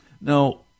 Now